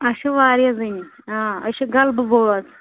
اَسہِ چھُ واریاہ زٕ نِنۍ آ أسۍ چھِ غَلبہٕ بٲژھ